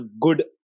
good